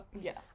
Yes